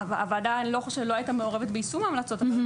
הוועדה לא שלא הייתה מעורבת ביישום המלצות הוועדה,